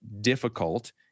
difficult